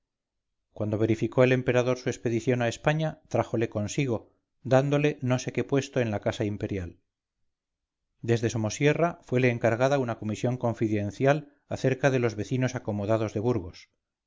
cuando verificó el emperador su expedición a españa trájole consigo dándole no sé qué puesto en la casa imperial desde somosierra fuele encargada una comisión confidencial cerca de los vecinos acomodados de burgos